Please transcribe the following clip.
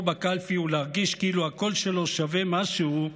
בקלפי ולהרגיש כאילו הקול שלו שווה משהו,